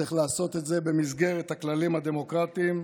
צריך לעשות את זה במסגרת הכללים הדמוקרטיים,